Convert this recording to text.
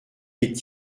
est